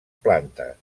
plantes